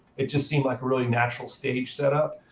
it just seemed like a really natural stage setup.